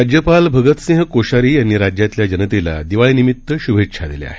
राज्यपाल भगत सिंह कोश्यारी यांनी राज्यातल्या जनतेला दिवाळीनिमित्त शुभेच्छा दिल्या आहेत